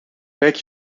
kijk